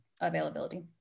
availability